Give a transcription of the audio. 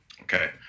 Okay